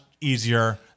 easier